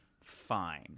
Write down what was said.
fine